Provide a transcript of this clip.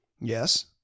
Yes